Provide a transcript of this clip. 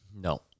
No